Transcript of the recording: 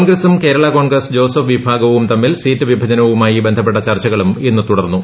കോൺഗ്രസും കേരളാ കോൺഗ്രസ് ജോസഫ് വിഭാഗ്പും തമ്മിൽ സീറ്റ് വിഭജനവുമായി ബന്ധപ്പെട്ട ചർച്ചകളും ഇന്ന് തുടർന്നു